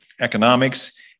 economics